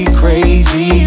crazy